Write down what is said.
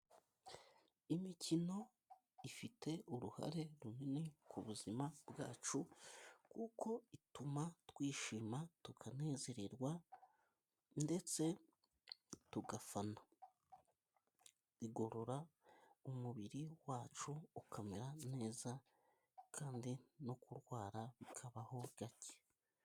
Imikino ifite uruhare runini ku buzima bwacu, kuko ituma twishima tukanezerwa, ndetse tugafana, ndetse bigorora umubiri wacu ukamera neza, kandi no kurwara bikabaho gake.